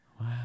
wow